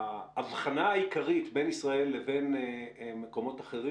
וההבחנה העיקרית בין ישראל לבין מקומות אחרים